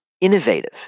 innovative